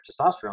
testosterone